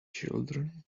children